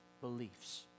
beliefs